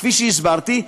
כפי שהסברתי,